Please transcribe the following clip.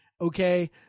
Okay